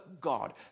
God